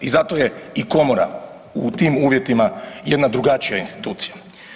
I zato je i komora u tim uvjetima jedna drugačija institucija.